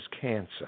cancer